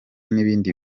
n’ibindi